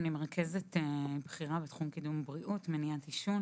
אני מרכזת בכירה בתחום קידום הבריאות ומניעת עישון